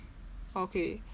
okay